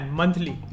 monthly